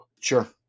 Sure